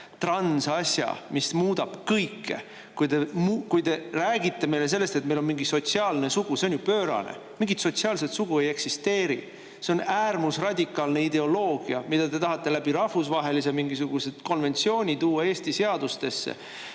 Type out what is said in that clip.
transasja, mis muudab kõike. Te räägite meile sellest, et meil on mingi sotsiaalne sugu – see on ju pöörane. Mingit sotsiaalset sugu ei eksisteeri. See on äärmusradikaalne ideoloogia, mida te tahate mingisuguse rahvusvahelise konventsiooniga tuua Eesti seadustesse.